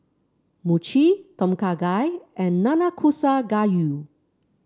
Mochi Tom Kha Gai and Nanakusa Gayu